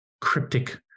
cryptic